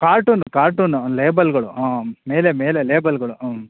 cartoon carton ಲೇಬಲ್ಗಳು ಹಾಂ ಮೇಲೆ ಮೇಲೆ ಲೇಬಲ್ಗಳು ಹ್ಞೂ